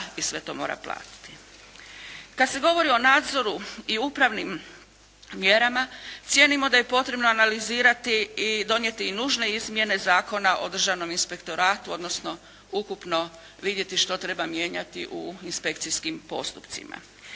i sve to mora platiti. Kada se govori o nadzoru i upravnim mjerama, cijenimo da je potrebno analizirati i donijeti nužne izmjene Zakona o državnom inspektoratu odnosno ukupno vidjeti što treba mijenjati u inspekcijskim postupcima.